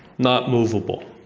not moveable.